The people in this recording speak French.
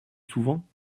souvent